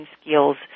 skills